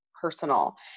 personal